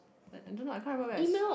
I I don't know I can't remember whether it's